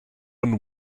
and